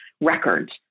records